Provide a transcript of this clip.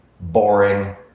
Boring